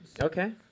Okay